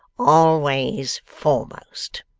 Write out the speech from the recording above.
always foremost!